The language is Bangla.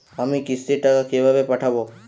আমি কিস্তির টাকা কিভাবে পাঠাব?